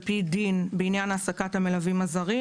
פי דין בעניין העסקת המלווים הזרים.